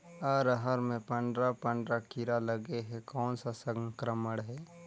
अरहर मे पंडरा पंडरा कीरा लगे हे कौन सा संक्रमण हे?